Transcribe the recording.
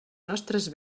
nostres